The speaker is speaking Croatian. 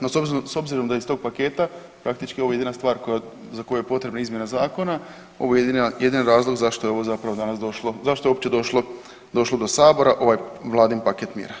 No s obzirom da je iz tog paketa praktički ovo je jedina stvar za koju je potrebno izmjena zakona, ovo je jedini razlog zašto je ovo zapravo danas došlo, zašto je uopće došlo do sabora ovaj vladin paket mjera.